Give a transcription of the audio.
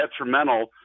detrimental